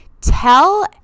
Tell